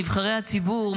נבחרי הציבור,